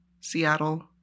Seattle